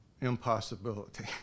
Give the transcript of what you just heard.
impossibility